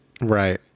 Right